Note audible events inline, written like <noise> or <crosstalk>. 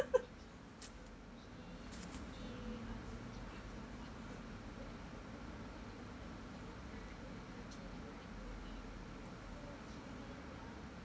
<laughs>